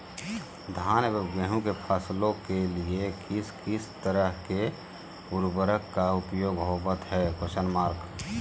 धान एवं गेहूं के फसलों के लिए किस किस तरह के उर्वरक का उपयोग होवत है?